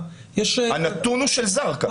הנתון הוא של זרקא.